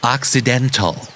Occidental